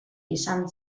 izan